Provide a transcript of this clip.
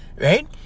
Right